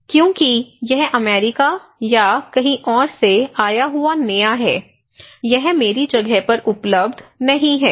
क्योंकि यह अमेरिका या कहीं और से आया हुआ नया है यह मेरी जगह पर उपलब्ध नहीं है